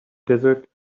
desert